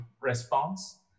response